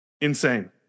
insane